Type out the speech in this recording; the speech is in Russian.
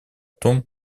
том